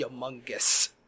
humongous